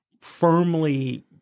firmly